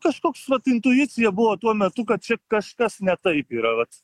kažkoks vat intuicija buvo tuo metu kad čia kažkas ne taip yra vat